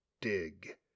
dig